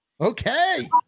Okay